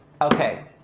Okay